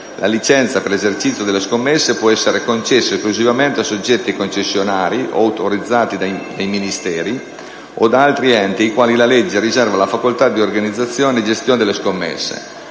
«La licenza per l'esercizio delle scommesse può essere concessa esclusivamente a soggetti concessionari o autorizzati da parte di Ministeri o di altri enti ai quali la legge riserva la facoltà di organizzazione e gestione delle scommesse,